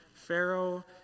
Pharaoh